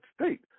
state